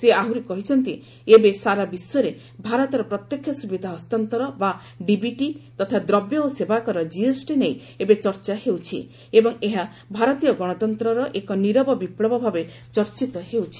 ସେ ଆହୁରି କହିଛନ୍ତି ଏବେ ସାରା ବିଶ୍ୱରେ ଭାରତର ପ୍ରତ୍ୟକ୍ଷ ସୁବିଧା ହସ୍ତାନ୍ତର ବା ଡିବିଟି ତଥା ଦ୍ରବ୍ୟ ଓ ସେବାକର ଜିଏସ୍ଟି ନେଇ ଏବେ ଚର୍ଚ୍ଚା ହେଉଛି ଏବଂ ଏହା ଭାରତୀୟ ଗଣତନ୍ତ୍ରର ଏକ ନିରବ ବିପୁବ ଭାବେ ଚର୍ଚ୍ଚିତ ହେଉଛି